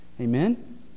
Amen